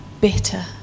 bitter